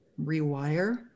rewire